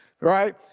right